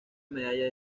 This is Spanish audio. medalla